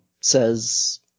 says